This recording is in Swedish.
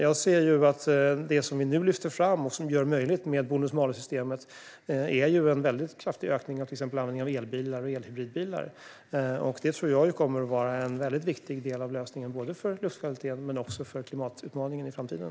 Jag ser i stället att det vi nu lyfter fram och det som möjliggörs genom bonus-malus-systemet är en väldigt kraftig ökning av användningen av elbilar och elhybridbilar. Detta tror jag kommer att vara en viktig del av lösningen för både luftkvaliteten och klimatutmaningen i framtiden.